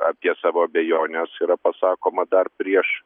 apie savo abejones yra pasakoma dar prieš